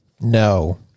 No